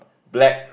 black